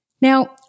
Now